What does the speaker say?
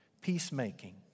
peacemaking